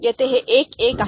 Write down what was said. येथे हे 1 1 आहे